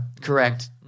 correct